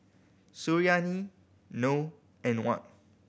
Suriani Noh and Wan